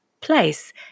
place